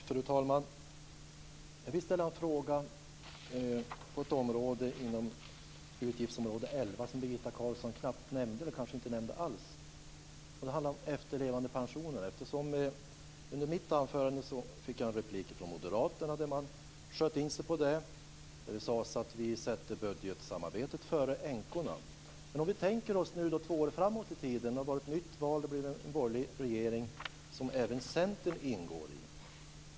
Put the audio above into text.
Fru talman! Jag vill ställa en fråga på ett område inom utgiftsområde 11 som Birgitta Carlsson knappt nämnde, eller kanske inte nämnde alls. Det handlar om efterlevandepensionen. Efter mitt anförande fick jag en replik från moderaterna där man sköt in sig på den. Det sades att vi sätter budgetsamarbetet före änkorna. Vi tänker oss två år framåt i tiden. Vi har ett nytt val, och det blir en borgerlig regering som även Centern ingår i.